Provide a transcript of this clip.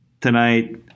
Tonight